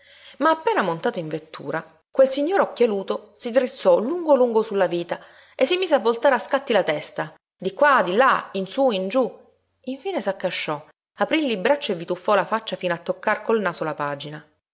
ma appena montato in vettura quel signore occhialuto si drizzò lungo lungo sulla vita e si mise a voltare a scatti la testa di qua di là in su in giú infine s'accasciò aprí il libraccio e vi tuffò la faccia fino a toccar col naso la pagina